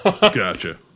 Gotcha